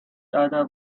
other